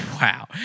Wow